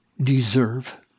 deserve